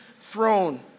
throne